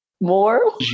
more